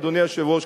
אדוני היושב-ראש,